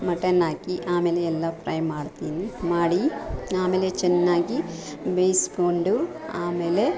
mutton ಹಾಕಿ ಆಮೇಲೆ ಎಲ್ಲ ಫ್ರೈ ಮಾಡ್ತೀನಿ ಮಾಡಿ ಆಮೇಲೆ ಚೆನ್ನಾಗಿ ಬೇಯಿಸ್ಕೊಂಡು ಆಮೇಲೆ